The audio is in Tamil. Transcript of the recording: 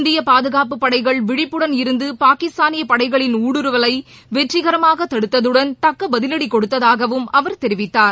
இந்திய பாதுகாப்புப் படைகள் விழிப்புடன் இருந்து பாகிஸ்தானிய படைகளின் ஊடுருவலை வெற்றிகரமாக தடுத்ததுடன் தக்க பதிவடி கொடுத்ததாகவும் அவர் தெரிவித்தார்